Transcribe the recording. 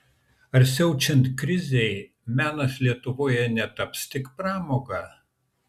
ar siaučiant krizei menas lietuvoje netaps tik pramoga